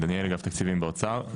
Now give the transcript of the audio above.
דניאל אגף תקציבים באוצר.